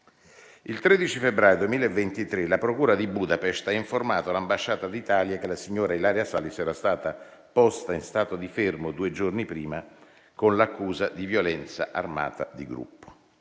Il 13 febbraio 2023 la procura di Budapest ha informato l'ambasciata d'Italia che la signora Ilaria Salis era stata posta in stato di fermo due giorni prima, con l'accusa di violenza armata di gruppo.